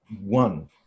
one